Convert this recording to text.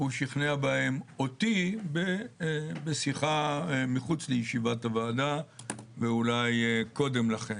הוא שכנע בהם אותי בשיחה מחוץ לישיבת הוועדה ואולי קודם לכן.